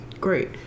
Great